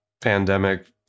pandemic